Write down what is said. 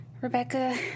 Rebecca